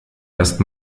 erst